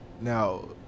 Now